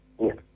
Yes